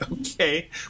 Okay